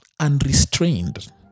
unrestrained